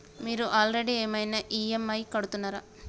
మీరు ఆల్రెడీ ఏమైనా ఈ.ఎమ్.ఐ కడుతున్నారా?